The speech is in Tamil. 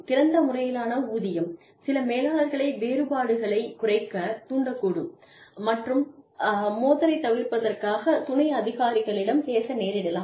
திறந்த முறையிலான ஊதியம் சில மேலாளர்களை வேறுபாடுகளை குறைக்க தூண்டக்கூடும் மற்றும் மோதலைத் தவிர்ப்பதற்காக துணை அதிகாரிகளிடம் பேச நேரிடலாம்